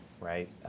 right